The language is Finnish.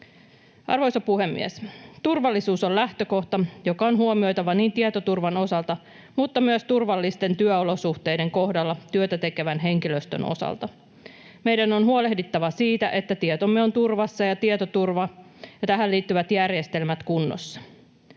Arvoisa puhemies! Turvallisuus on lähtökohta, joka on huomioitava niin tietoturvan kuin myös turvallisten työolosuhteiden kohdalla työtä tekevän henkilöstön osalta. Meidän on huolehdittava siitä, että tietomme ovat turvassa ja tietoturva ja tähän liittyvät järjestelmät kunnossa.